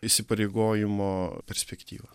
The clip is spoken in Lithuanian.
įsipareigojimo perspektyvą